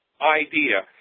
idea